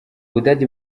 budage